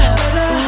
better